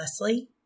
Leslie